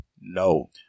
No